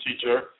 teacher